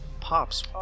pops